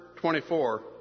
24